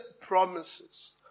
promises